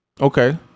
Okay